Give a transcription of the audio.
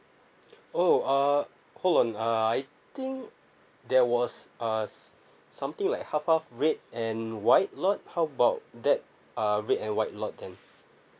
oh uh hold on uh I think there was uh something like half half red and white lot how about that uh red and white lot then